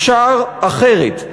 אפשר אחרת,